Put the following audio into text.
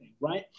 right